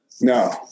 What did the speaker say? No